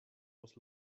was